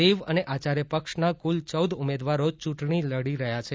દેવ અને આચાર્ય પક્ષ ના કુલ ચૌદ ઉમેદવારો ચૂંટણી લડી રહ્યા છે